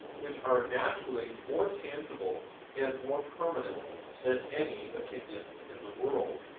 which are naturally more tangible and more permanent than any opinions in the world.